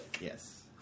Yes